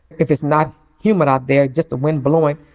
if it's not humid out there, just the wind blowing,